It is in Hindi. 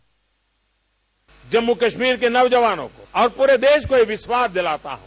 बाइट जम्मू कश्मीर के नौजवानों और पूरे देश को ये विश्वास दिलाता हूं